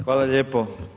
Hvala lijepo.